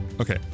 Okay